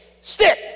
stick